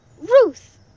Ruth